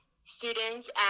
students